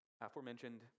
aforementioned